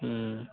ہوں